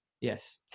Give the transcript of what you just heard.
Yes